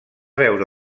veure